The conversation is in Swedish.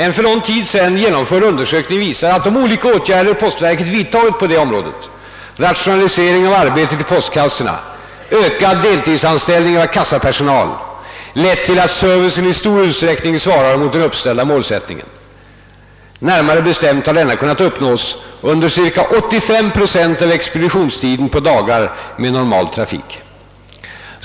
En för någon tid sedan genomförd undersökning visar, att de olika åtgärder postverket vidtagit på detta område — rationalisering av arbetet i postkassorna, ökad deltidsanställning av kassapersonal etc. — lett till att servicen i stor utsträckning svarar mot den uppställda målsättningen. Närmare bestämt har denna kunnat uppnås under cirka 85 procent av expeditionstiden på dagar med normal trafik.